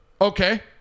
Okay